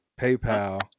PayPal